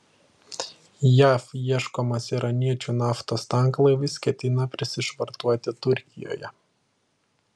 jav ieškomas iraniečių naftos tanklaivis ketina prisišvartuoti turkijoje